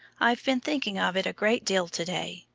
i've been thinking of it a great deal to-day,